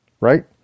right